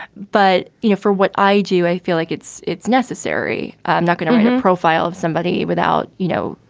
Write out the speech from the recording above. but you know, for what i do, i feel like it's it's necessary. i'm not going to read a profile of somebody without, you know,